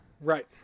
Right